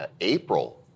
April